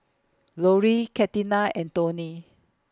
Loree Catina and Toni